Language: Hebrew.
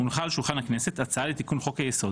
הונחה על שולחן הכנסת הצעה לתיקון חוק היסוד